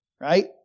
right